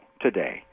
today